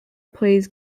plays